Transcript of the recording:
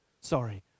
sorry